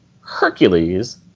Hercules